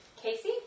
Casey